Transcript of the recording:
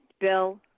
Bill